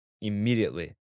immediately